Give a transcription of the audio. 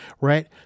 Right